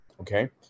okay